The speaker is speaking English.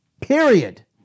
Period